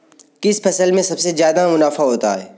किस फसल में सबसे जादा मुनाफा होता है?